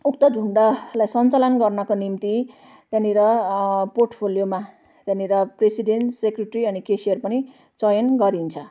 उक्त झुण्डलाई सञ्चालन गर्नाका निम्ति त्यहाँनिर पोर्टफोलियोमा त्यहाँनिर प्रेसिडेन्ट सेक्रेटेरी अनि केसियर पनि चयन गरिन्छ